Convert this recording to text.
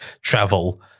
travel